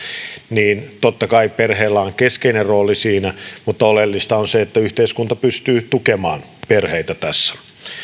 niin totta kai perheellä on keskeinen rooli siinä mutta oleellista on se että yhteiskunta pystyy tukemaan perheitä tässä